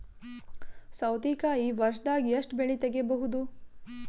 ಸೌತಿಕಾಯಿ ವರ್ಷದಾಗ್ ಎಷ್ಟ್ ಬೆಳೆ ತೆಗೆಯಬಹುದು?